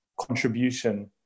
contribution